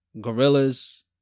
gorillas